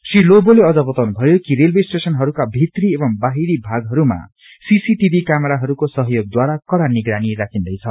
श्री लोवोले अझ बताउनु भयो कि रेलवे स्टेशहरूका भित्री एवं बाहिरी भागहरूमा सीसीटिभी कैमराको सहयोगद्वारा कड़ा निगरानी राखिन्दैछ